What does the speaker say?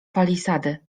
palisady